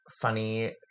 Funny